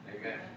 Amen